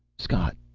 scott!